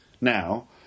now